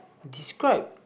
describe